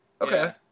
Okay